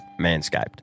Manscaped